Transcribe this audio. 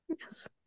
yes